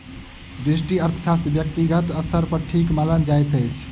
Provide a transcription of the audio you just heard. व्यष्टि अर्थशास्त्र व्यक्तिगत स्तर पर ठीक मानल जाइत अछि